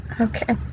okay